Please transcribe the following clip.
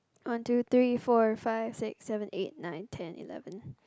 one two three four five six seven eight nine ten eleven